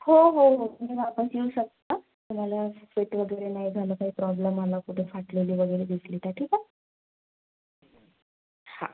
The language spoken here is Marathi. हो हो हो तुम्ही वापस येऊ शकता तुम्हाला फिट वगैरे नाही झालं काही प्रॉब्लेम आला कुठे फाटलेली वगैरे दिसली तर ठीक आहे हा